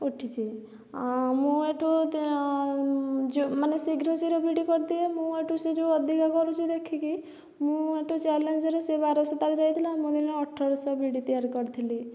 ଉଠିଛି ଆଁ ମୋଠୁ ତ ଯୋ ମାନେ ଶୀଘ୍ର ଶୀଘ୍ର ବିଡ଼ି କରିଦିଏ ମୁଁ ଏଠୁ ସିଏ ଯେଉଁ ଅଧିକା କରୁଛି ଦେଖିକି ମୁଁ ଏଠୁ ଚ୍ୟାଲେଞ୍ଜରେ ସେ ବାରଶହ ତାରଯାଇଥିଲା ମୁଁ ଦିନେ ଅଠରଶହ ବିଡ଼ି ତିଆରି କରିଥିଲି